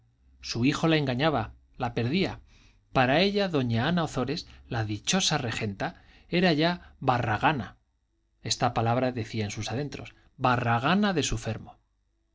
su hijo la engañaba la perdía para ella doña ana ozores la dichosa regenta era ya barragana esta palabra decía en sus adentros barragana de su fermo